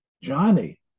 Johnny